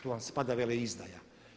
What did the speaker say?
Tu vam spada veleizdaja.